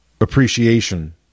appreciation